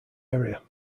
area